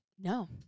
No